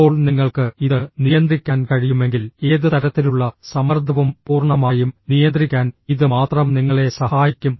ഇപ്പോൾ നിങ്ങൾക്ക് ഇത് നിയന്ത്രിക്കാൻ കഴിയുമെങ്കിൽ ഏത് തരത്തിലുള്ള സമ്മർദ്ദവും പൂർണ്ണമായും നിയന്ത്രിക്കാൻ ഇത് മാത്രം നിങ്ങളെ സഹായിക്കും